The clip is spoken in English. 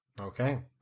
Okay